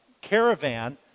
caravan